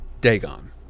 Dagon